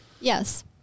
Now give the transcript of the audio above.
Yes